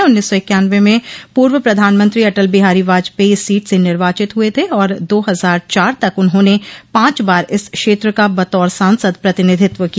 उन्नीस सौ इक्यानवे में पूर्व प्रधानमंत्री अटल बिहारी वाजपेई इस सीट से निर्वाचित हुए थे और दो हजार चार तक उन्होंने पांच बार इस क्षेत्र का बतौर सांसद प्रतिनिधित्व किया